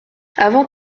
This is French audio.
avant